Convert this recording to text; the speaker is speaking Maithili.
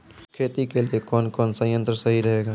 खेती के लिए कौन कौन संयंत्र सही रहेगा?